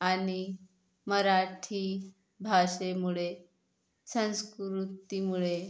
आणि मराठी भाषेमुळे संस्कृतीमुळे